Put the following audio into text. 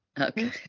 Okay